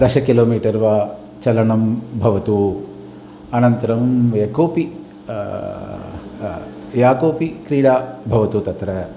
दश किलोमीटर् वा चलनं भवतु अनन्तरं यः कोऽपि यः कोपि क्रीडा भवतु तत्र